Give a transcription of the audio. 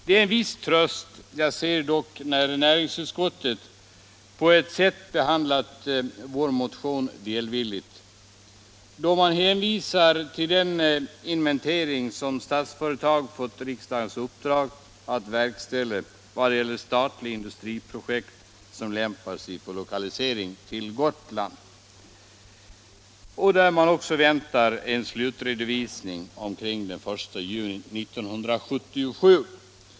En viss tröst ser jag dock när nu näringsutskottet på sätt och vis behandlat vår motion välvilligt då man hänvisar till den inventering som Statsföretag fått riksdagens uppdrag att verkställa vad det gäller statliga industriprojekt som lämpar sig för lokalisering till Gotland och där man också väntar en slutredovisning omkring den 1 juni 1977.